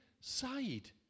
side